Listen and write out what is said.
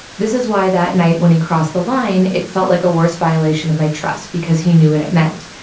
this is why that night when he crossed the line, it felt like a worse violation of my trust because he knew what it meant.